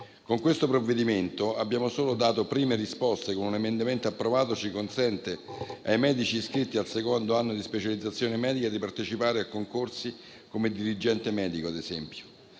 Con questo provvedimento abbiamo solo dato prime risposte, con un emendamento approvato che consente ai medici iscritti al secondo anno di specializzazione medica di partecipare a concorsi come dirigente medico, ad esempio.